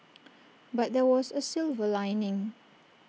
but there was A silver lining